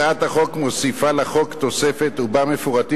הצעת החוק מוסיפה לחוק תוספת ובה מפורטת